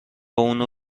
اونو